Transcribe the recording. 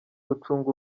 gucunga